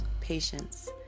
patience